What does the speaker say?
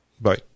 Bye